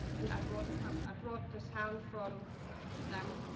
and i brought kind of i brought the sound from them.